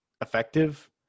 effective